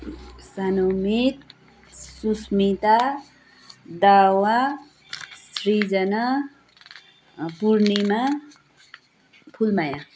Sanumit Susmita Dawa Srijana Purnima Phulmaya